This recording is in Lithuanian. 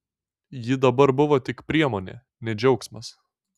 ji dabar buvo tik priemonė ne džiaugsmas